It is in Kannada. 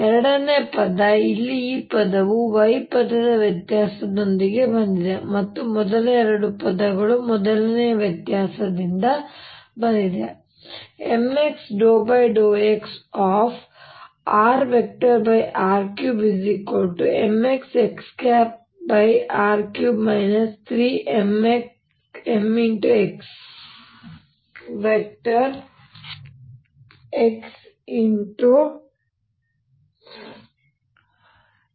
ಎರಡನೆಯ ಪದ ಇಲ್ಲಿ ಈ ಪದವು ಈ y ಪದದ ವ್ಯತ್ಯಾಸದಿಂದ ಬಂದಿದೆ ಮತ್ತು ಮೊದಲ ಎರಡು ಪದಗಳು ಮೊದಲನೆಯ ವ್ಯತ್ಯಾಸದಿಂದ ಬಂದಿದೆ